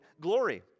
glory